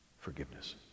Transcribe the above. forgiveness